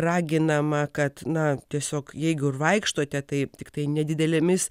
raginama kad na tiesiog jeigu ir vaikštote taip tiktai nedidelėmis